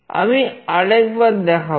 আমি আরেকবার দেখাবো